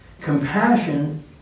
Compassion